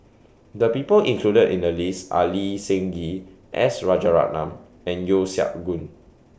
The People included in The list Are Lee Seng Gee S Rajaratnam and Yeo Siak Goon